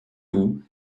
roux